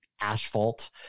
asphalt